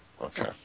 Okay